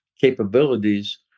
capabilities